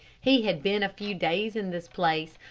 he had been a few days in this place,